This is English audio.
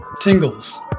tingles